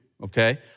Okay